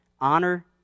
Honor